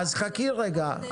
אז חכי, רגע.